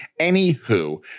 Anywho